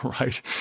right